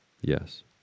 Yes